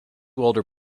older